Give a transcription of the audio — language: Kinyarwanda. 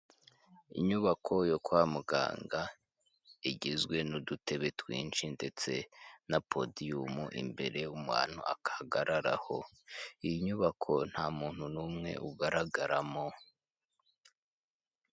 Inyubako yo kwa muganga igizwe n'udutebe twinshi ndetse na podimu imbere umuntu ahagararaho, iyi nyubako nta muntu n'umwe ugaragaramo.